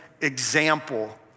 example